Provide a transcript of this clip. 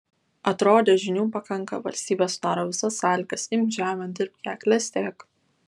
atrodė žinių pakanka valstybė sudaro visas sąlygas imk žemę dirbk ją klestėk